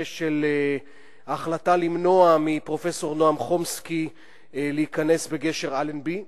של ההחלטה למנוע מפרופסור נועם חומסקי להיכנס בגשר אלנבי.